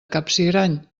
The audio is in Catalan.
capsigrany